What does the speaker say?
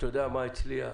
אתה יודע מה המדד אצלי?